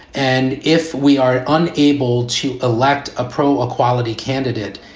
and if we are unable to elect a pro-equality candidate,